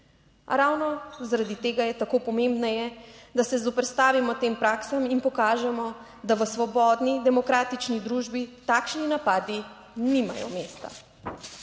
A ravno zaradi tega je tako pomembneje, da se zoperstavimo tem praksam in pokažemo, da v svobodni demokratični družbi takšni napadi nimajo mesta.